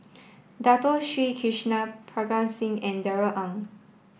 Dato Sri Krishna Parga Singh and Darrell Ang